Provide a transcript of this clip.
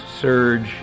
surge